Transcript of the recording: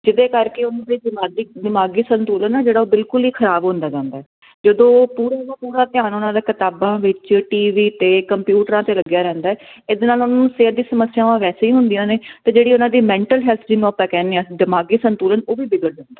ਜਿਹਦੇ ਕਰਕੇ ਉਹਨਾਂ ਦੇ ਦਿਮਾਗੀ ਦਿਮਾਗੀ ਸੰਤੁਲਨ ਆ ਜਿਹੜਾ ਉਹ ਬਿਲਕੁਲ ਹੀ ਖਰਾਬ ਹੁੰਦਾ ਜਾਂਦਾ ਜਦੋਂ ਉਹ ਪੂਰੇ ਦਾ ਪੂਰਾ ਧਿਆਨ ਉਹਨਾਂ ਦਾ ਕਿਤਾਬਾਂ ਵਿੱਚ ਟੀ ਵੀ ਤੇ ਕੰਪਿਊਟਰਾਂ ਤੇ ਲੱਗਿਆ ਰਹਿੰਦਾ ਇਹਦੇ ਨਾਲ ਉਹਨੂੰ ਸਿਹਤ ਦੀ ਸਮੱਸਿਆਵਾਂ ਵੈਸੇ ਹੀ ਹੁੰਦੀਆਂ ਨੇ ਤੇ ਜਿਹੜੀ ਉਹਨਾਂ ਦੀ ਮੈਂਟਲ ਹੈਲਥ ਦੀ ਆਪਾਂ ਕਹਿੰਦੇ ਆ ਦਿਮਾਗੀ ਸੰਤੁਲਨ ਉਹ ਵੀ ਵਿਗੜ ਜਾਂਦਾ